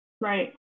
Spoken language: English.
Right